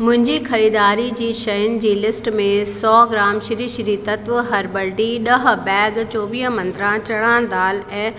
मुंहिंजी ख़रीदारी जी शयुनि जी लिस्ट में सौ gram Shri Shri Tattva herbal tea ॾह बैग चोवीह मंत्रा चणा दालि ऐं